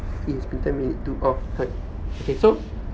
it's been ten minutes to err correct okay so